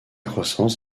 croissance